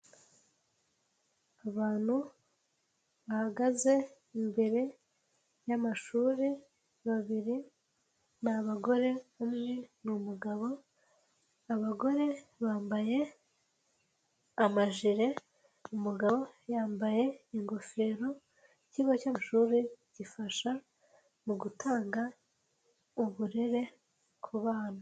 Abantu bahagaze imbere y'amashuri babiri, ni abagore umwe n'umugabo, abagore bambaye amajire umugabo yambaye ingofero, ikigo cy'amashuri gifasha mu gutanga uburere ku bana.